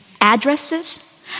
addresses